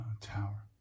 tower